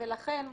ולכן,